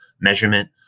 measurement